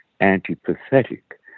antipathetic